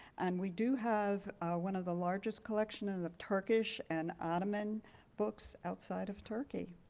and we do have one of the largest collections of turkish and ottoman books outside of turkey.